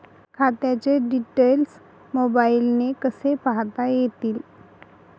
खात्याचे डिटेल्स मोबाईलने कसे पाहता येतील?